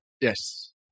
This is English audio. Yes